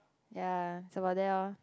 ya it's about there orh